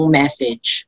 message